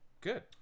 Good